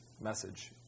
message